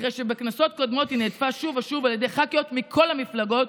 אחרי שבכנסות קודמות היא נהדפה שוב ושוב על ידי ח"כיות מכל המפלגות,